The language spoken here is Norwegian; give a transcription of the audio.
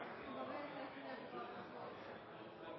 liv, men nå er på